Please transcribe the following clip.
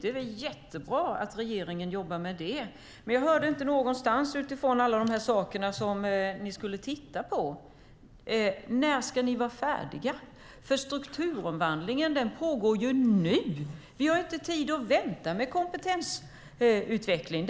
Det är jättebra att regeringen jobbar med det, men jag hörde inte någonting om när man ska vara färdig med allt som man tittar på. Strukturomvandlingen pågår nu. Vi har inte tid att vänta med kompetensutvecklingen.